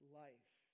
life